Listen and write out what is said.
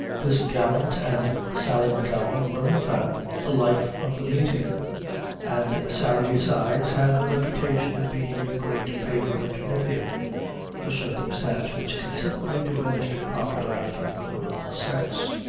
this gallant and sally m'gowan, were in fact, the life of the meeting and sally, besides, had the reputation of being a great favorite with him a circumstance which considerably diminished her popularity with her own sex.